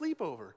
sleepover